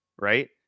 Right